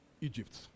Egypt